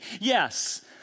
Yes